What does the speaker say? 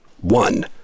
One